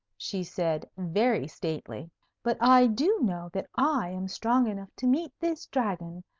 she said, very stately but i do know that i am strong enough to meet this dragon,